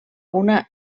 una